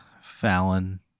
Fallon